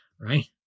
right